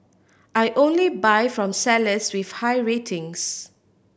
I only buy from sellers with high ratings